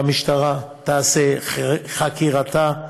שהמשטרה תעשה חקירתה,